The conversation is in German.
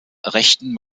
rechten